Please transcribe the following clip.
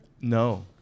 No